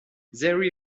there